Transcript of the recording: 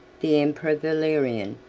the emperor valerian,